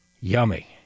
Yummy